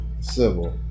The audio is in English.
civil